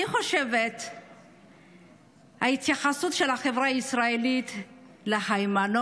אני חושבת שההתייחסות של החברה הישראלית להיימנוט,